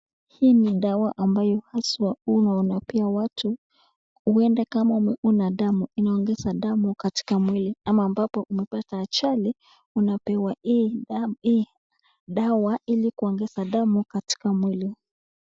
Hii ni dawa ambayo haswa inapewa watu huenda kama hauna damu inaongeza damu katika mwili ama ambapo umepata ajali unapewa hii dawa ili kuongeza damu katika mwili.